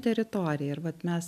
teritorija ir vat mes